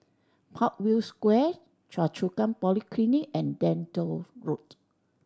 Parkview Square Choa Chu Kang Polyclinic and Lentor Road